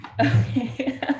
Okay